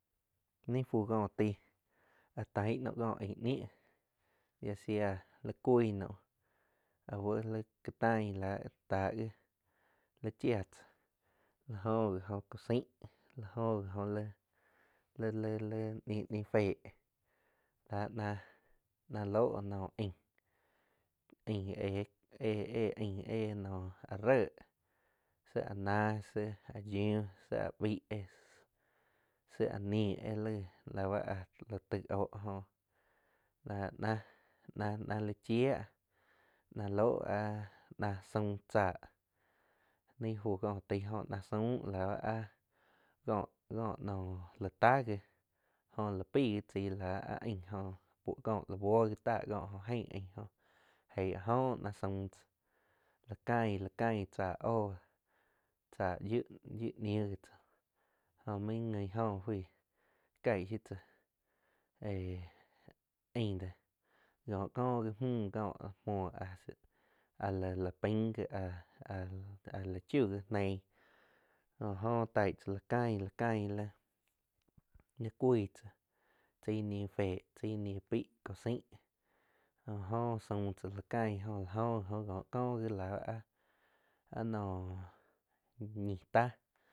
Ní fu kóh taig áh taig naum kóh ain nih yáh sea li cui naum auh li ká taig la táh wi li chia tzá la jo gi oh co saing la jo gi oh lí-lí-lí ñiu féh ná-ná loh naum aing eh-eh aing noh áh ré shíh a náh síh áh yiu síh áh baig éh síh a nig éh laig la báh áh taig óh jóh láh ná-ná li chiah na ló áh na saun tzáh naig fu ko taig na suam la bá áh có-có naum láh táh wi jo la peig wi chaig láh áh ain goh buo gi táh cóh o ein aing góh eig áh jo na saum tzáh la cain. la cain tzá óh cháh yiu-yiu ñiu wi tzá jo main guin jóh fuih kaig shiu tsáh én aing dó ngó ko gi mü ko muoh áh lá-lá pein wi áh-áh-áh la chiug wi neig jó oh taig tzá la cain, la cain li, cuig tzá chaig ni féh chai ní peig cosain jóh oh saum tzá la cain la jo gi oh ko có wi láháh áh noh ñih táh